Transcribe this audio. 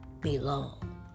belong